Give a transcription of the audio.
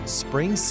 spring